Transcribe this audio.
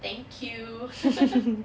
thank you